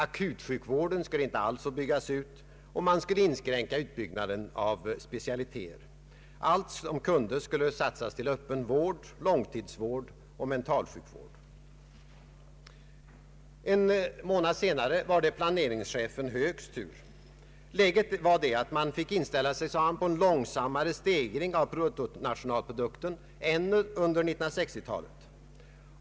Akutsjukvården skulle inte alls få byggas ut, och man skulle inskränka utbyggnaden av specialiteter. Allt som kunde satsas skulle gå till öppen vård, långtidsvård och mentalsjukvård. En månad senare var det planeringschefen Hööks tur. Läget var det, sade han, att man fick inställa sig på en långsammare stegring av bruttonationalprodukten än under 1960-talet.